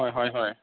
হয় হয় হয়